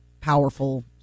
powerful